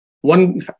one